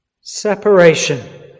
Separation